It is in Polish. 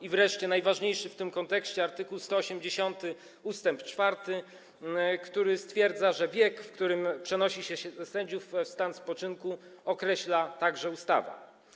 I wreszcie przypomnę najważniejszy w tym kontekście art. 180 ust. 4, który stwierdza, że wiek, w którym przenosi się sędziów w stan spoczynku, określa także ustawa.